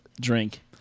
drink